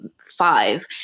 five